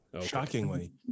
Shockingly